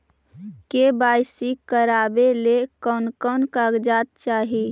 KYC करावे ले कोन कोन कागजात चाही?